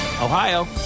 Ohio